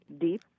deep